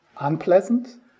unpleasant